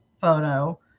photo